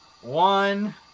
one